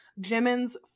Jimin's